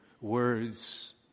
words